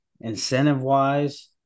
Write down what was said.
incentive-wise